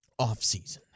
offseason